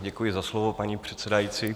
Děkuji za slovo, paní předsedající.